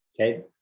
Okay